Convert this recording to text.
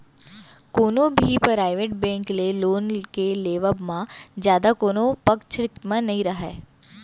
कोनो भी private bank ले लोन के लेवब म जादा कोनो पक्छ म नइ राहय